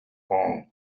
home